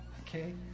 Okay